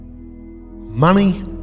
Money